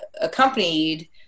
accompanied